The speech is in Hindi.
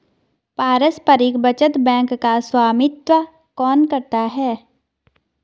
पारस्परिक बचत बैंक का स्वामित्व कौन करता है?